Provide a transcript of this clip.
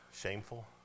shameful